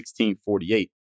1648